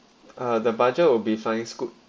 uh the budget will be flying scoot